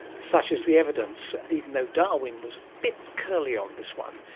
such is the evidence, even though darwin was a bit curly on this one.